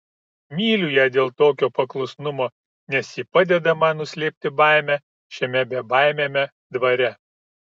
myliu ją dėl tokio paklusnumo nes ji padeda man nuslėpti baimę šiame bebaimiame dvare